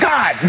God